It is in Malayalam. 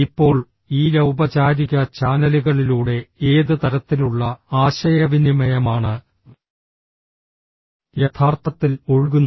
ഇപ്പോൾ ഈ ഔപചാരിക ചാനലുകളിലൂടെ ഏത് തരത്തിലുള്ള ആശയവിനിമയമാണ് യഥാർത്ഥത്തിൽ ഒഴുകുന്നത്